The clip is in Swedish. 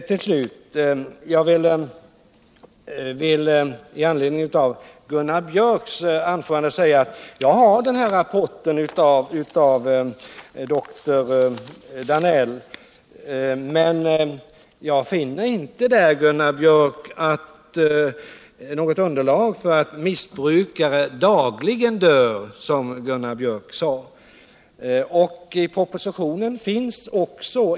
Till slut vill jag i anledning av det anförande som Gunnar Biörck i Värmdö höll säga att jag har doktor Danells rapport, men jag finner inte där, Gunnar Biörck, något belägg för att det dagligen förekommer dödsfall bland missbrukare.